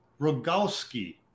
Rogowski